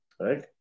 right